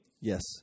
Yes